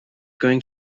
going